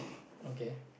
okay